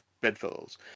bedfellows